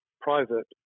private